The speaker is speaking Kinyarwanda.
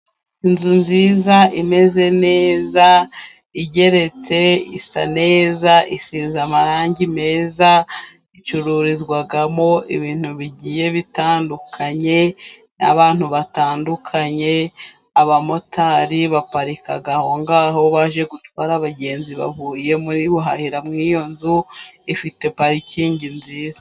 Inzu nziza imeze neza, igeretse, isa neza, isize amarangi meza, icururizwamo ibintu bigiye bitandukanye, n'abantu batandukanye, abamotari baparika ahongaho baje gutwara abagenzi bavuye muri guhahira muri iyo nzu. Ifite parikingi nziza.